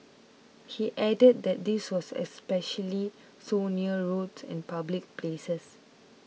he added that this was especially so near roads and public places